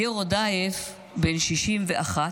ליאור רודאיף, בן 61,